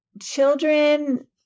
children